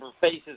faces